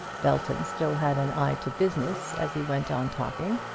belton still had an eye to business as he went on talking,